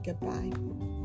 Goodbye